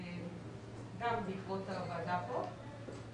גם בעקבות הוועדה פה,